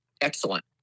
Excellent